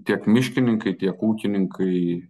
tiek miškininkai tiek ūkininkai